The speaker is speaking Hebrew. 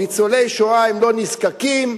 ניצולי שואה הם לא נזקקים,